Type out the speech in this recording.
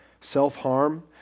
self-harm